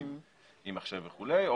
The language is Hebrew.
מחשב וכולי,